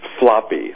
floppy